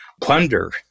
plunder